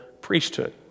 priesthood